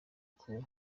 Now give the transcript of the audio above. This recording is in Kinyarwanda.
cool